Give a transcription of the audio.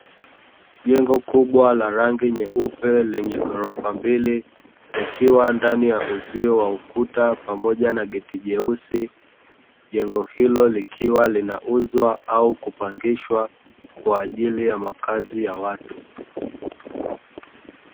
Jengo kubwa la rangi nyeupe lenye ghorofa mbili, likiwa ndani ya uzio wa ukuta pamoja na geti jeusi, jengo hilo likiwa linauzwa au kupangishwa kwa ajili ya makazi ya watu.